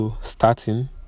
starting